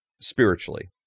spiritually